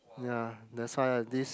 ya that's why I this